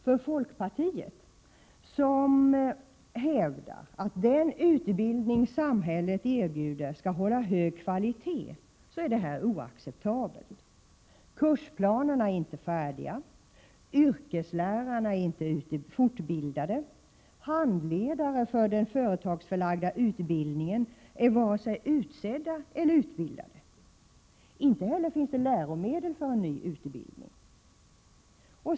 För folkpartiet, som hävdar att den utbildning samhället erbjuder skall hålla hög kvalitet, är detta oacceptabelt. Kursplanerna är inte färdiga, yrkeslärarna är inte fortbildade, handledare för den företagsförlagda utbildningen är varken utsedda eller utbildade. Inte heller finns det läromedel för en ny utbildning.